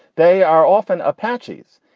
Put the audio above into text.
they are often apaches.